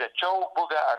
rečiau buvę